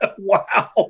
Wow